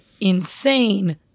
insane